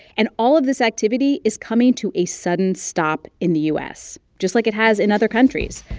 and all of this activity is coming to a sudden stop in the u s. just like it has in other countries.